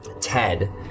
Ted